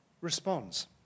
responds